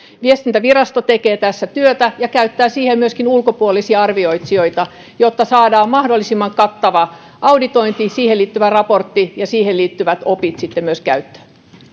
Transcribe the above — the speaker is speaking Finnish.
viestintävirasto tekee tässä työtä ja käyttää siihen myöskin ulkopuolisia arvioitsijoita jotta saadaan mahdollisimman kattava audiointi siihen liittyvät raportti ja siihen liittyvät opit myös käyttöön